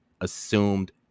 assumed